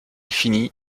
finit